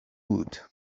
wood